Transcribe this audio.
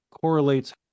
correlates